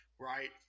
right